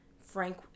Frank